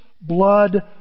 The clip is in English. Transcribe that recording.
blood